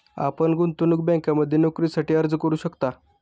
आपण गुंतवणूक बँकिंगमध्ये नोकरीसाठी अर्ज करू शकता